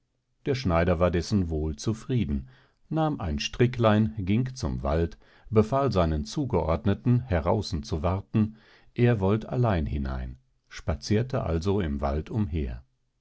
der schneider war dessen wohl zufrieden nahm ein stricklein ging zum wald befahl seinen zugeordneten heraußen zu warten er wollt allein hinein spazierte also im walde umher